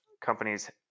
companies